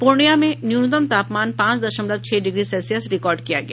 पूर्णियां में न्यूनतम तापमान पांच दशमलव छह डिग्री सेल्सियस रिकॉर्ड किया गया